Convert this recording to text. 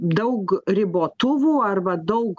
daug ribotuvų arba daug